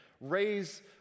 raise